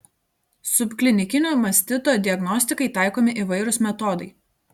subklinikinio mastito diagnostikai taikomi įvairūs metodai